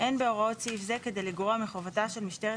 אין בהוראות סעיף כדי לגרוע מחובתה של משטרת